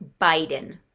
Biden